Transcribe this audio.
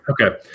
Okay